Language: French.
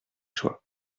choix